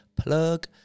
Plug